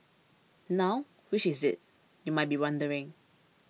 now which is it you might be wondering